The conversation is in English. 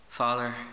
Father